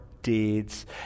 deeds